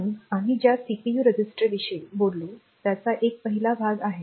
म्हणूनच आम्ही ज्या सीपीयू रजिस्टरविषयी बोललो त्याचा हा पहिला भाग आहे